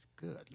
Good